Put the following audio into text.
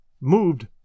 moved